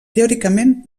teòricament